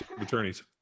attorneys